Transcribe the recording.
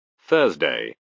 Thursday